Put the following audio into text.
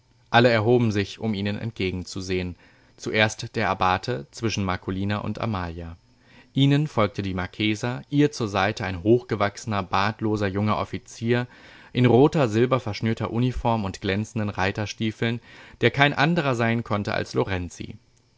alle erhoben sich um ihnen entgegenzusehen zuerst der abbate zwischen marcolina und amalia ihnen folgte die marchesa ihr zur seite ein hochgewachsener bartloser junger offizier in roter silberverschnürter uniform und glänzenden reiterstiefeln der kein andrer sein konnte als lorenzi